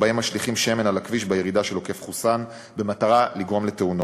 שופכים שמן על הכביש בירידה של עוקף-חוסאן במטרה לגרום לתאונות.